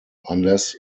unless